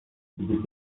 gdy